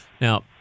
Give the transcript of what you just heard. now